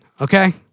Okay